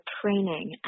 training